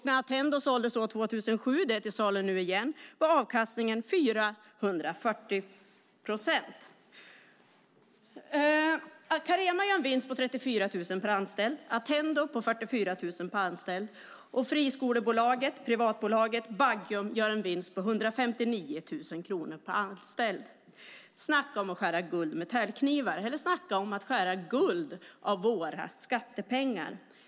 När Attendo såldes 2007 - det är till salu igen - var avkastningen 440 procent. Carema gör en vinst på 34 000 per anställd, Attendo gör en vinst på 44 000 per anställd och friskolebolaget Baggium gör en vinst på 159 000 kronor per anställd. Snacka om att skära guld med täljknivar, eller snacka om att skära guld av våra skattepengar.